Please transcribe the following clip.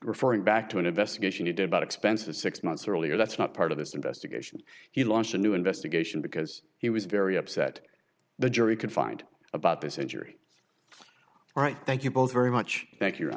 referring back to an investigation you did about expenses six months earlier that's not part of this investigation he launched a new investigation because he was very upset the jury could find about this injury all right thank you both very much thank you